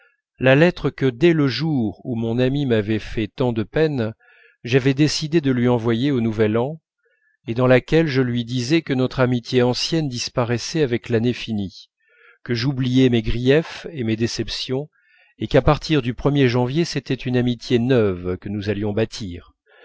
la lettre que dès le jour où mon amie m'avait fait tant de peine j'avais décidé de lui envoyer au nouvel an et dans laquelle je lui disais que notre amitié ancienne disparaissait avec l'année finie que j'oubliais mes griefs et mes déceptions et qu'à partir du er janvier c'était une amitié neuve que nous allions bâtir